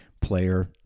player